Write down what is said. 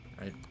right